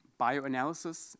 bioanalysis